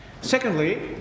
Secondly